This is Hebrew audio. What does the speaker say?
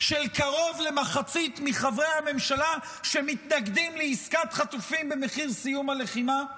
של קרוב למחצית מחברי הממשלה שמתנגדים לעסקת חטופים במחיר סיום הלחימה?